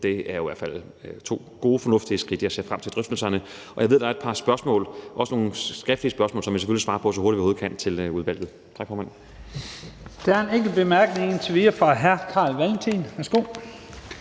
det er i hvert fald to gode, fornuftige skridt. Jeg ser frem til drøftelserne. Jeg ved, at der er et par spørgsmål, også nogle skriftlige spørgsmål, som jeg selvfølgelig svarer udvalget på, så hurtigt jeg overhovedet kan. Tak, formand. Kl. 15:27 Første næstformand (Leif Lahn Jensen): Der er en enkelt kort bemærkning indtil videre fra hr. Carl Valentin. Værsgo.